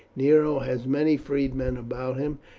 nero has many freedmen about him,